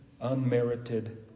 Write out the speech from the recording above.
unmerited